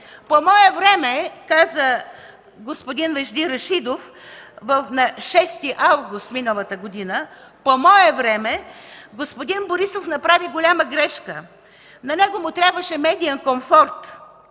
представители. Господин Вежди Рашидов каза на 6 август миналата година: „По мое време господин Борисов направи голяма грешка. На него му трябваше медиен комфорт,